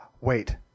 wait